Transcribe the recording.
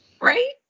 right